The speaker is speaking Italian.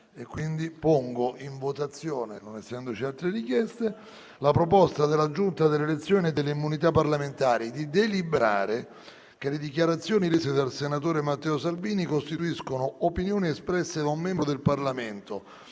simultaneo della proposta della Giunta delle elezioni e delle immunità parlamentari di deliberare che le dichiarazioni rese dal senatore Matteo Salvini costituiscono opinioni espresse da un membro del Parlamento